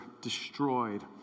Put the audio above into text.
destroyed